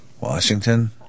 Washington